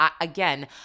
again –